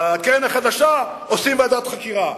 אבל על הקרן החדשה עושים ועדת חקירה.